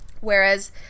Whereas